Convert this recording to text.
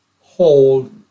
hold